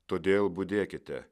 todėl budėkite